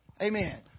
Amen